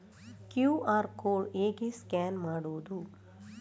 QR code ಹೇಗೆ scan ಮಾಡುವುದು?